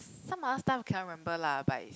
some other stuff I cannot remember lah but is